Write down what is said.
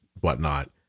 whatnot